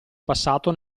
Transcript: passato